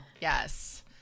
Yes